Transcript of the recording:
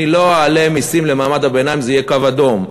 אני לא אעלה מסים למעמד הביניים, זה יהיה קו אדום.